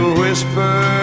whisper